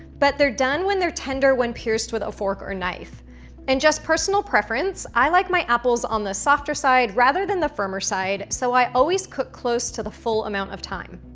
but they're done when they're tender when pierced with a fork or knife and just personal preference, i like my apples on the softer side rather than the firmer side so i always cook close to the full amount of time.